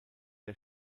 der